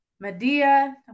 Medea